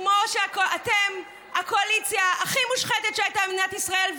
אתם הקואליציה הכי מושחתת שהייתה במדינת ישראל,